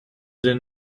den